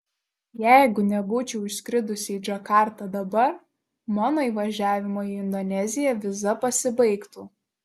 jeigu nebūčiau išskridusi į džakartą dabar mano įvažiavimo į indoneziją viza pasibaigtų